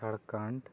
Jharkhand